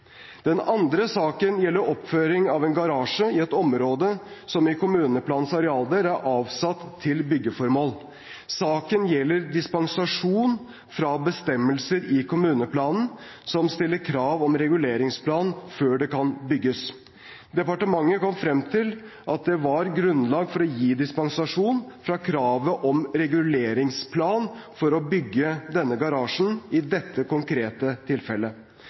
Den andre saken gjelder oppføring av en garasje i et område som i kommuneplanens arealdel er avsatt til byggeformål. Saken gjelder dispensasjon fra bestemmelser i kommuneplanen, som stiller krav om reguleringsplan før det kan bygges. Departementet kom frem til at det var grunnlag for å gi dispensasjon fra kravet om reguleringsplan for å bygge denne garasjen i dette konkrete tilfellet.